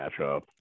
matchup